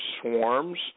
swarms